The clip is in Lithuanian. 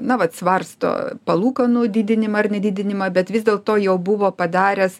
na vat svarsto palūkanų didinimą ar nedidinimą bet vis dėlto jau buvo padaręs